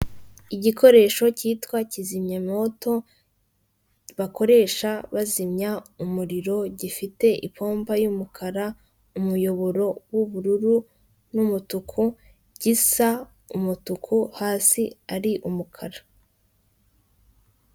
Igikoresho cyitwa kizimyamwoto bakoresha bazimya umuriro, gifite ipomba y'umukara, umuyoboro w'ubururu n'umutuku gisa umutuku, hasi ari umukara.